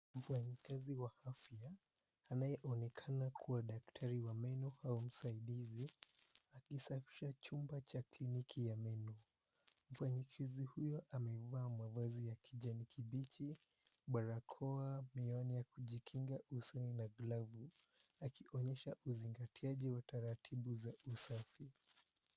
Mfanyikazi wa afya anayeonekana kuwa daktari wa meno au msaidizi akisafisha chumba cha kliniki ya meno. Mfanyikazi huyo amevaa mavazi ya kijani kibichi, barakoa, miwani ya kujikinga usoni na glovu akionyesha uzingatiaji wa taratibu za usafi.